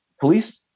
police